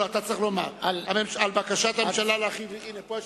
אתה צריך לומר: על בקשת הממשלה להחיל דין רציפות,